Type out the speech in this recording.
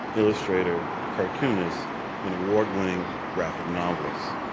illustrator, cartoonist and award-winning graphic novelist.